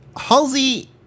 Halsey